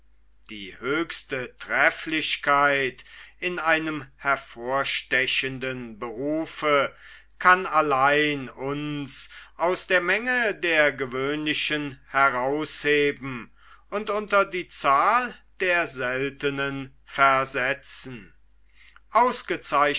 die höchste trefflichkeit in einem hervorstechenden berufe kann allein uns aus der menge der gewöhnlichen herausheben und unter die zahl der seltenen versetzen